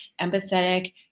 empathetic